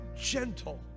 gentle